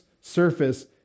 surface